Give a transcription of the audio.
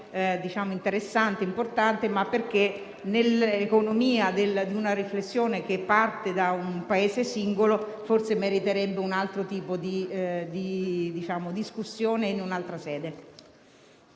questione interessante ed importante, ma perché nell'economia di una riflessione che parte da un Paese singolo forse meriterebbe un altro tipo di discussione in un'altra sede.